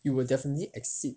you will definitely exceed